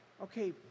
okay